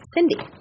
Cindy